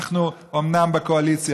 אנחנו אומנם בקואליציה,